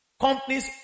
companies